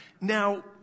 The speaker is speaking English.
Now